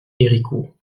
héricourt